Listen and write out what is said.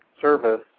service